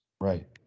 Right